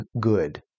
good